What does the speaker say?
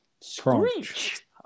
Screech